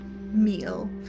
meal